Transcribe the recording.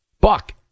Buck